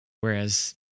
whereas